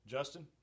Justin